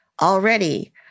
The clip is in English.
already